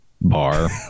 bar